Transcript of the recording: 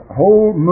whole